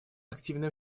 активное